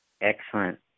Excellent